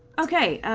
ok.